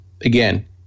Again